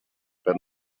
per